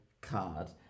card